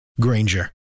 Granger